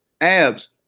abs